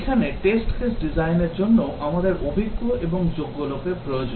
এখানে test case design র জন্যও আমাদের অভিজ্ঞ এবং যোগ্য লোকের প্রয়োজন